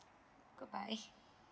bye bye